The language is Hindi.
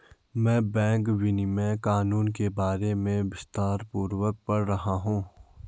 मैं बैंक विनियमन कानून के बारे में विस्तारपूर्वक पढ़ रहा हूं